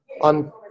on